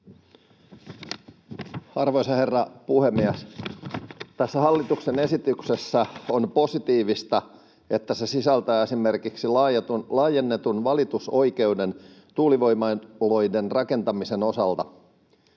Arvoisa herra puhemies! Tässä hallituksen esityksessä on positiivista, että se sisältää esimerkiksi laajennetun valitusoikeuden tuulivoimaloiden rakentamisen osalta.